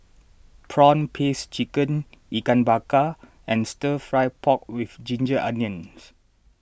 Prawn Paste Chicken Ikan Bakar and Stir Fry Pork with Ginger Onions